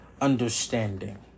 understanding